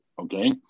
Okay